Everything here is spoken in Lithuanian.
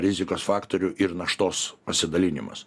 rizikos faktorių ir naštos pasidalinimas